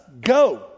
go